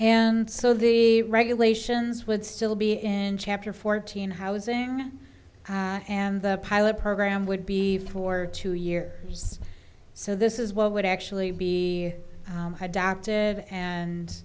and so the regulations would still be in chapter fourteen housing and the pilot program would be for two year so this is what would actually be adapted and